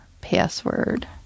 password